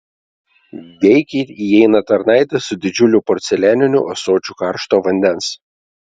veikiai įeina tarnaitė su didžiuliu porcelianiniu ąsočiu karšto vandens